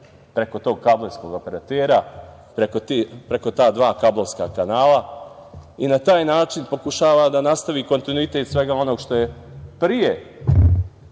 preko tog kablovskog operatera, preko ta dva kablovska kanala i na taj način pokušava da nastavi kontinuitet svega onog što je pre